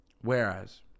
whereas